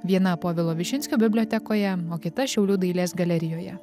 viena povilo višinskio bibliotekoje o kita šiaulių dailės galerijoje